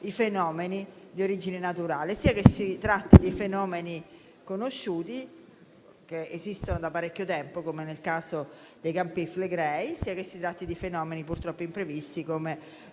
i fenomeni di origine naturale, sia che si tratti di fenomeni conosciuti, che esistono da parecchio tempo, come nel caso dei Campi Flegrei, sia che si tratti di fenomeni purtroppo imprevisti, come